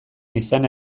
izana